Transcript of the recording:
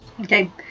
Okay